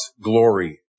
glory